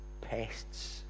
pests